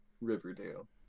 Riverdale